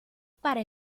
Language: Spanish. para